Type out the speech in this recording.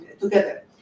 together